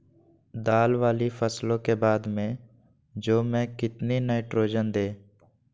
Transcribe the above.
दाल वाली फसलों के बाद में जौ में कितनी नाइट्रोजन दें?